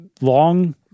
long